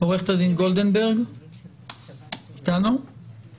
אני חושב